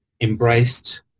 embraced